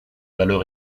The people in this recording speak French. valent